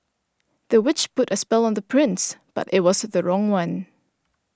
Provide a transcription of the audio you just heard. the witch put a spell on the prince but it was the wrong one